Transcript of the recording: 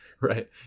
right